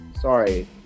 Sorry